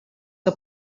que